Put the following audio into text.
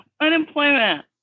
Unemployment